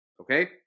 Okay